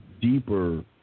deeper